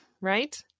right